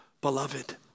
beloved